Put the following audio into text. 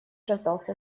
раздался